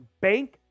bank